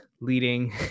leading